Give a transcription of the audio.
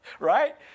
right